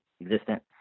existent